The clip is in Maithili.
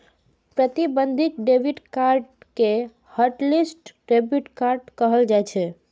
प्रतिबंधित डेबिट कार्ड कें हॉटलिस्ट डेबिट कार्ड कहल जाइ छै